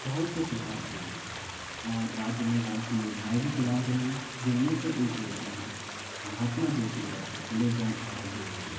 बहुत से सुधार किए हैं और राज्य में बहुत सी योजनाएँ भी चलाईं गई हैं जिनमें से एक योजना है महात्मा ज्योतिबा फुले जन आरोग्य योजना